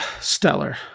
stellar